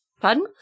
Pardon